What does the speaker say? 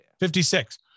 56